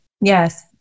Yes